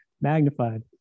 magnified